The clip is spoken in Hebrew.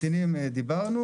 על ממתינים דיברנו.